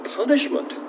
punishment